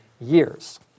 years